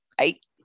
eight